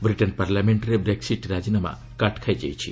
Britain ପାର୍ଲାମେଣ୍ଟରେ Brexit ରାଜିନାମା କାଟ୍ ଖାଇଯାଇଛି